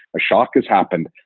a shock has happened.